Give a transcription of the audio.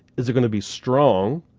is it gonna be strong?